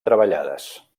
treballades